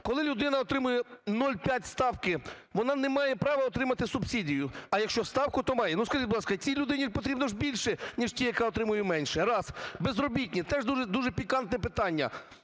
коли людина отримує 0,5 ставки, вона не має права отримати субсидію, а якщо ставку, то має. Ну, скажіть, будь ласка, цій людині потрібно ж більше ніж тій, яка отримує менше. Раз. Безробітні - теж дуже пікантне питання.